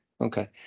okay